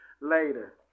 later